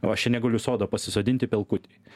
o aš čia negaliu sodo pasisodinti pelkutėj